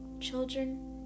Children